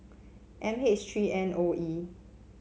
M H three N O E